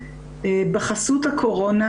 בחסות הקורונה,